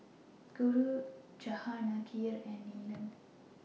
Guru Jahangir and Neelam